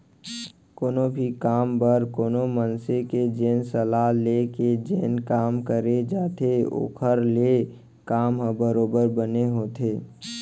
कोनो भी काम बर कोनो मनसे के जेन सलाह ले के जेन काम करे जाथे ओखर ले काम ह बरोबर बने होथे